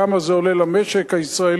כמה זה עולה למשק הישראלי,